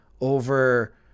over